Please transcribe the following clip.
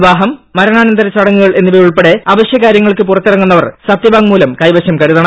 വിവാഹം മരണാനന്തര ചടങ്ങുകൾ എന്നിവ ഉൾപ്പെടെ അവശ്യകാര്യങ്ങൾക്ക് പുറത്തിറങ്ങുന്നവർ സത്യവാങ്മൂലം കൈവശം കരുതണം